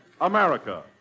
America